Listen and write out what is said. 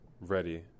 ready